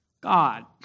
God